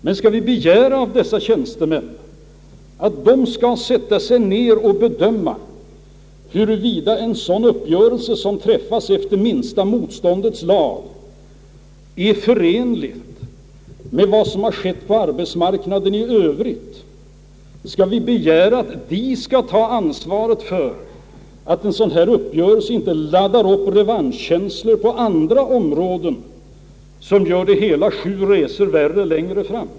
Men kan vi begära av dessa tjänstemän att de skall sätta sig ner och bedöma huruvida en uppgörelse som träffas efter minsta motståndets lag är förenlig med vad som har skett på arbetsmarknaden i Öövrigt? Skall vi begära att de skall ansvara för att en sådan uppgörelse inte laddar upp revanschkänslor på andra områden som gör det hela sju resor värre längre fram?